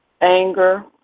anger